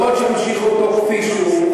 יכול להיות שימשיכו אותו כפי שהוא,